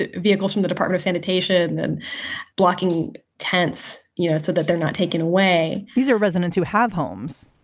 ah vehicle from the department, sanitation and blocking tents you know so that they're not taken away these are residents who have homes.